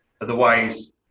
Otherwise